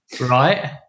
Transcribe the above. right